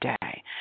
day